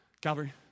Calvary